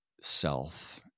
self